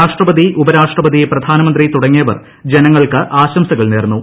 രാഷ്ട്രപതി ഉപരാഷ്ട്രപതി പ്രധാനമന്ത്രി തുടങ്ങിയവർ ജനങ്ങൾക്ക് ആശംസകൾ നേർന്നു